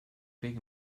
big